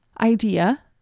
idea